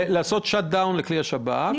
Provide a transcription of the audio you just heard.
לסגור את הכלי של השב"כ ואז --- לא,